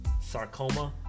sarcoma